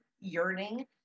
yearning